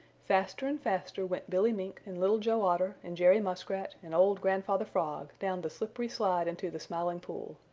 faster and faster went billy mink and little joe otter and jerry muskrat and old grandfather frog down the slippery slide into the smiling pool.